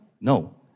No